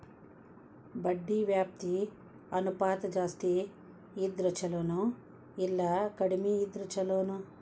ಬಡ್ಡಿ ವ್ಯಾಪ್ತಿ ಅನುಪಾತ ಜಾಸ್ತಿ ಇದ್ರ ಛಲೊನೊ, ಇಲ್ಲಾ ಕಡ್ಮಿ ಇದ್ರ ಛಲೊನೊ?